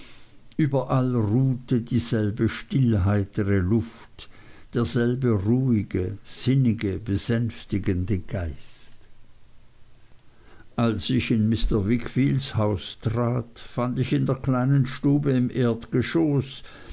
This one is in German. überall ruhte dieselbe stillheitere luft derselbe ruhige sinnige besänftigende geist als ich in mr wickfields haus trat fand ich in der kleinen stube im erdgeschoß